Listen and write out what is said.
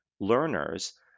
learners